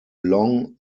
long